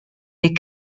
des